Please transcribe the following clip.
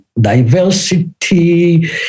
diversity